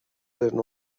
than